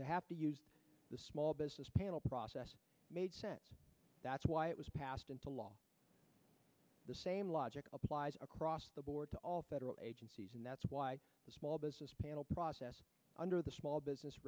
to have to use the small business panel process that's why it was passed into law the same logic applies across the board to all federal agencies and that's why the small business panel process under the small business